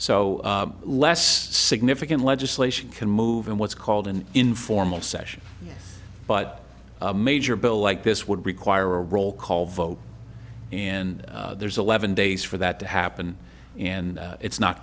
so less significant legislation can move in what's called an informal session but a major bill like this would require a roll call vote and there's eleven days for that to happen and it's not